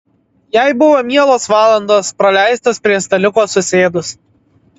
jai buvo mielos valandos praleistos prie staliuko susėdus